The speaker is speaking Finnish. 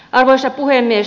arvoisa puhemies